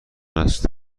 است